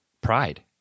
pride